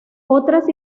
otras